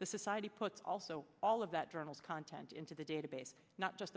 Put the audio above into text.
the society puts also all of that journals content into the database not just a